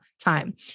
time